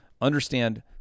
understand